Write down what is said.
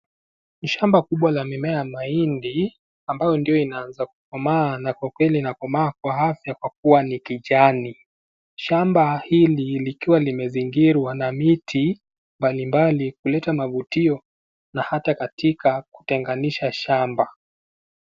Ni shamba kubwa la mimea ya mahindi ambayo ndio inaaza kukomaa kwa kweli inakomaa kwa afya kwa kuwa ni kijani. Shamba hili likiwa limezingirwa na miti mbalimbali kuleta mavutio na ata katika kutenganisha shamba.